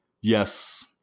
yes